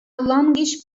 longish